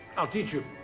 i'll teach you.